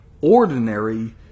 ordinary